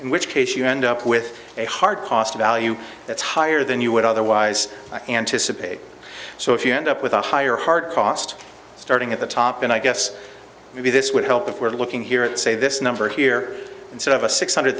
in which case you end up with a hard cost of value that's higher than you would otherwise and to so if you end up with a higher heart cost starting at the top and i guess maybe this would help if we're looking here at say this number here instead of a six hundred